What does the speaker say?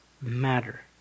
matter